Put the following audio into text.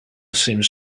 seems